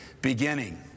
beginning